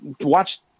watch